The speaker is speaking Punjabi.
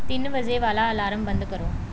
ਤਿੰਨ ਵਜੇ ਵਾਲਾ ਅਲਾਰਮ ਬੰਦ ਕਰੋ